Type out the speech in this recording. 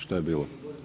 Što je bilo?